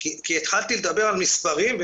כי התחלתי לדבר על מספרים.